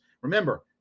remember